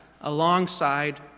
alongside